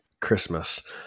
christmas